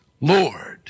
Lord